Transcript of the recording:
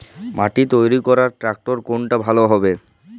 মাটি তৈরি করার ট্রাক্টর কোনটা ভালো হবে?